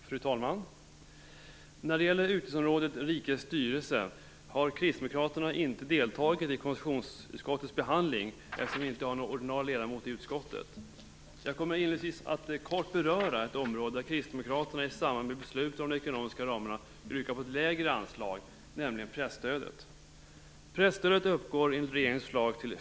Fru talman! När det gäller utgiftsområdet Rikets styrelse har Kristdemokraterna inte deltagit i konstitutionsutskottets behandling, eftersom vi inte har någon ordinarie ledamot i utskottet. Jag kommer inledningsvis att kort beröra ett område där Kristdemokraterna i samband med beslutet om de ekonomiska ramarna yrkat på ett lägre anslag, nämligen pressstödet.